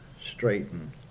straighten